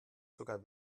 sogar